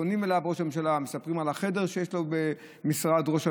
פונים אליו: ראש הממשלה,